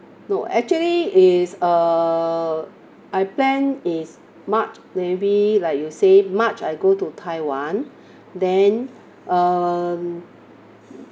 no actually is err I plan is march maybe like you say march I go to taiwan then um